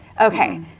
Okay